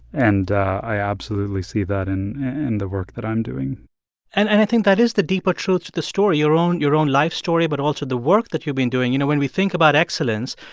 and i absolutely see that in and the work that i'm doing and and i think that is the deeper truth to the story your own your own life story but also the work that you've been doing. you know, when we think about excellence,